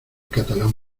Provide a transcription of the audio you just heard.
catalán